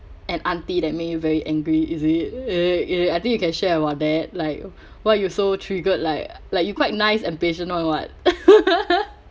an auntie that made you very angry is it uh uh I think you can share about that like why you so triggered like like you quite nice and patient all [what]